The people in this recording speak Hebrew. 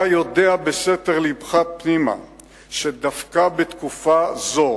אתה יודע בסתר לבך פנימה שדווקא בתקופה זו